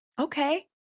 Okay